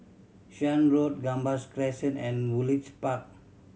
Shan Road Gambas Crescent and Woodleigh Park